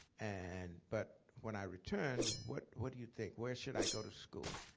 and but when i return, what what do you think where should i go to school?